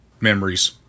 Memories